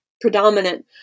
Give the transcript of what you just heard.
predominant